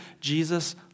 Jesus